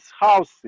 house